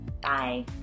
Bye